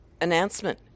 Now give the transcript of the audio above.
announcement